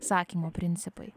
sakymo principai